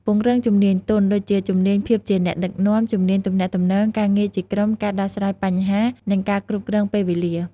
ពង្រឹងជំនាញទន់ ដូចជា ជំនាញភាពជាអ្នកដឹកនាំ ជំនាញទំនាក់ទំនង ការងារជាក្រុម ការដោះស្រាយបញ្ហា និងការគ្រប់គ្រងពេលវេលា។